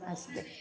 ಅಷ್ಟೆ